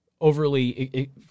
overly